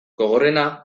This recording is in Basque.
gogorrena